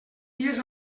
dies